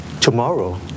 tomorrow